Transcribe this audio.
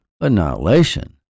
annihilation